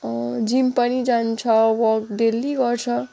gym पनि जान्छ work daily गर्छ